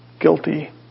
guilty